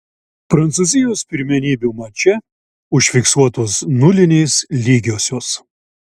prancūzijos pirmenybių mače užfiksuotos nulinės lygiosios